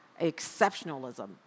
exceptionalism